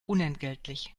unentgeltlich